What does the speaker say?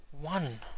one